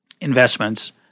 investments